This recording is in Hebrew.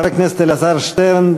חבר הכנסת אלעזר שטרן,